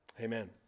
Amen